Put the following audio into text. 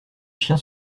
chiens